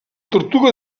tortuga